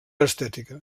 estètica